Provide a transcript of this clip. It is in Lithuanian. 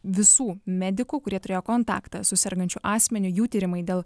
visų medikų kurie turėjo kontaktą su sergančiu asmeniu jų tyrimai dėl